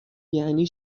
یعنی